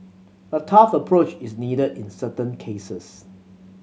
a tough approach is needed in certain cases